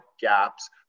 gaps